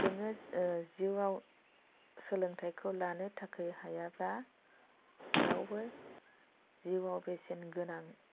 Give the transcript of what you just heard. जोङो जिउआव सोलोंथायखौ लानो थाखाय हायाब्ला रावबो जिउआव बेसेन गोनां